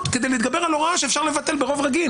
כדי להתגבר על הוראה שאפשר להתגבר ברוב רגיל,